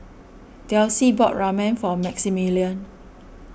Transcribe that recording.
Delsie bought Ramen for Maximillian